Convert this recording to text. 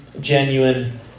genuine